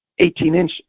18-inch